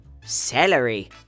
celery